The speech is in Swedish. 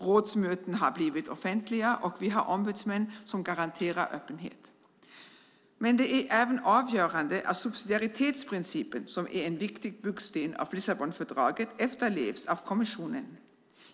Rådsmöten har blivit offentliga, och vi har ombudsmän som garanterar öppenhet. Det är även avgörande att subsidiaritetsprincipen, som är en viktig byggsten i Lissabonfördraget, efterlevs av kommissionen.